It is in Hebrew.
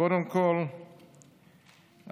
קודם כול,